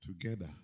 Together